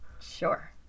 Sure